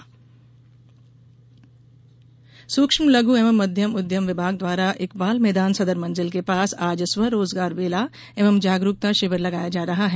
स्वरोजगार मेला सूक्ष्म लघू एवं मध्यम उद्यम विभाग द्वारा इकबाल मैदान सदर मंजिल के पास आज स्व रोजगार मेला एवं जागरूकता शिविर लगाया जा रहा है